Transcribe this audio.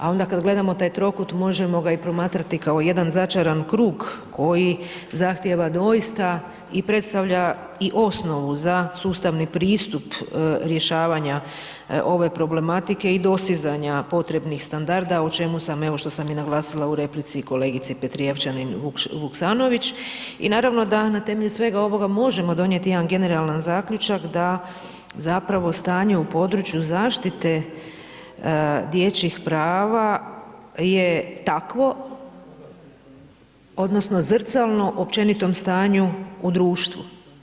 A onda kada gledamo taj trokut, možemo ga i promatrati kao jedan začaran krug, koji zahtjeva doista i predstavlja i osnovnu za sustavni pristup rješavanja ove problematike i dosizanje potrebnih standarda o čemu sam evo, o čemu sam, evo što sam i naglasila u replici kolegici Petrijevčanin Vuksanović i naravno da na temelju svega ovoga možemo donijeti jedan generalan zaključak, da zapravo stanje u području zaštite dječjih prava je takvo odnosno, zrcalno općenito stanju u društvu.